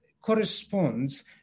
corresponds